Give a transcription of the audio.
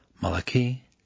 Malachi